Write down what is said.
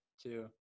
Two